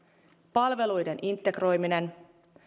palveluiden integroiminen